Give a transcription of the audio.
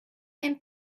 can